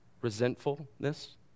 Resentfulness